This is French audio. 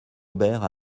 aubert